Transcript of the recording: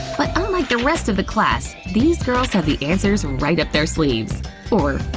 but unlike the rest of the class, these girls have the answers right up their sleeves or,